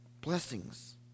blessings